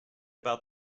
about